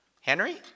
Henry